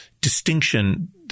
distinction